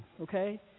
Okay